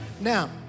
Now